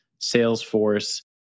salesforce